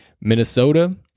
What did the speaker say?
Minnesota